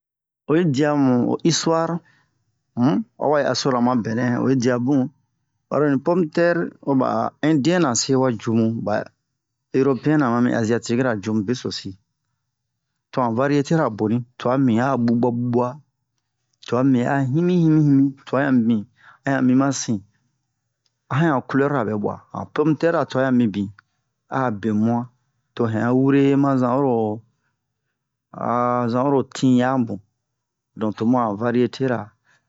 oyi diya mu ho isituware um awa yi asona ma bɛnɛ oyi diya bun baro ni pome tɛri hoba ɛndiyɛn-na se wa ju mu ba erope'ɛn mami aziyatiki ju mu besosi to han variyete-ra boni tuwa mibin a a ɓuɓuwa ɓuɓuwa tuwa mibin a a himi-himi-himi tuwa ɲan mibin a ɲan mi ma sin a haɲan culɛru bɛbuwa ha pome tɛri tuwa ɲan mibin a a bemu'an to hɛn'a wure ma zan oro a zan oro tin yamu donk tomu a han variyete-ra